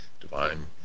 Divine